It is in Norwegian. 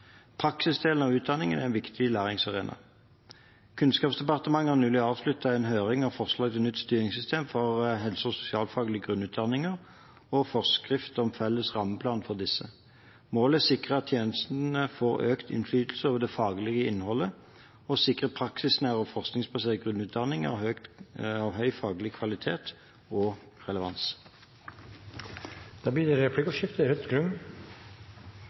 Praksisdelen av utdanningen er en viktig læringsarena. Kunnskapsdepartementet har nylig avsluttet en høring av forslag til nytt styringssystem for helse- og sosialfaglige grunnutdanninger og forskrift om felles rammeplan for disse. Målet er å sikre at tjenestene får økt innflytelse over det faglige innholdet og å sikre praksisnære og forskningsbaserte grunnutdanninger av høy faglig kvalitet og relevans. Det blir replikkordskifte.